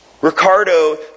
Ricardo